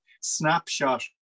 snapshot